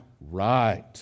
right